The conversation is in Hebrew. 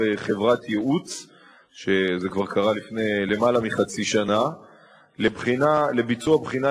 אותם מפעלים נדרשים יידרשו לבחון את